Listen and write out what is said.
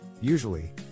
Usually